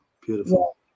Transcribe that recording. Beautiful